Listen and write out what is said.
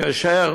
כאשר